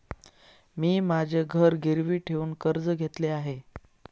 मी माझे घर गिरवी ठेवून कर्ज घेतले आहे